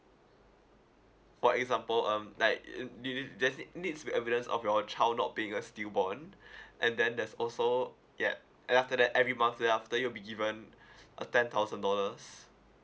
for example um like it you need to just it needs the evidence of your child not being a stillborn and then there's also yup and after that every month thereafter you'll be given uh ten thousand dollars